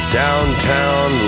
downtown